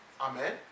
Amen